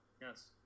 Yes